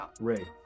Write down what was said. Ray